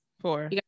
four